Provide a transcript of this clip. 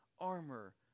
armor